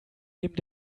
neben